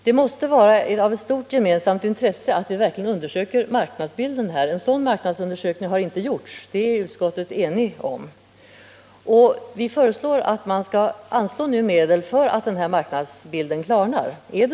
Det måste vara ett stort gemensamt intresse att vi verkligen undersöker marknadsbilden på detta område. Utskottet är alltså enigt om att en sådan marknadsundersökning inte har gjorts. Vi föreslår nu att man skall anslå medel för att klarlägga denna marknadsbild.